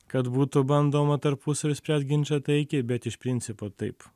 kad būtų bandoma tarpusavyje išspręst ginčą taikiai bet iš principo taip